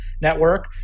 network